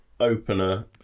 opener